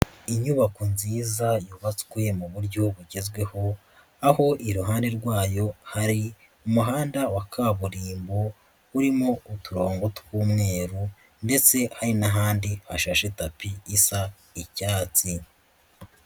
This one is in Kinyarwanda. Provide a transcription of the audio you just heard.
Inyubako nziza yubatswe mu buryo bugezweho aho iruhande rwayo hari umuhanda wa kaburimbo urimo uturongo tw'umweru ndetse hari n'ahandi hashashe tapi isa icyatsi.